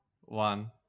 one